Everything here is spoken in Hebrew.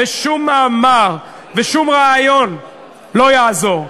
ושום מאמר ושום רעיון לא יעזרו.